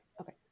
okay